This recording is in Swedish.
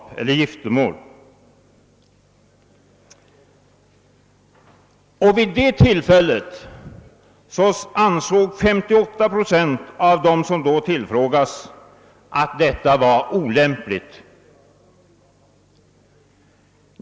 Vid det tillfället ansåg 58 procent av de tillfrågade att det var olämpligt.